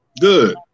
Good